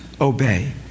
obey